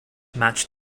match